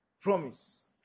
promise